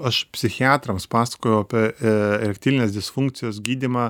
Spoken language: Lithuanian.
aš psichiatrams pasakojau apie erektilinės disfunkcijos gydymą